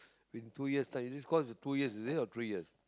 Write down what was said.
in two years time is this course two years is it or three years